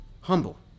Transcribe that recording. humble